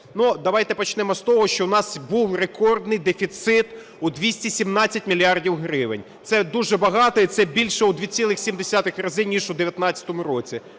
Давайте почнемо з того, що в нас був рекордний дефіцит у 217 мільярдів гривень. Це дуже багато і це більше у 2,7 рази ніж у 19-му році.